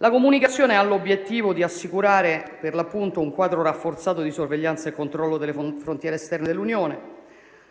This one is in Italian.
La comunicazione ha l'obiettivo di assicurare un quadro rafforzato di sorveglianza e controllo delle frontiere esterne dell'Unione